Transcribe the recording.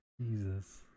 Jesus